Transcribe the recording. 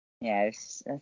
Yes